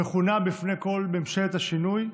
המכונה בפי כול "ממשלת השינוי",